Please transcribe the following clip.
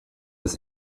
des